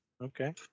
Okay